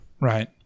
Right